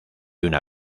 una